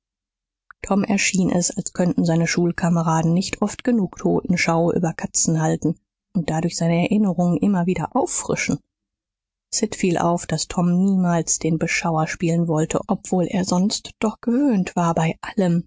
tom schien es als könnten seine schulkameraden nicht oft genug totenschau über katzen halten und dadurch seine erinnerung immer wieder auffrischen sid fiel auf daß tom niemals den beschauer spielen wollte obwohl er sonst doch gewöhnt war bei allem